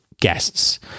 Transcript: guests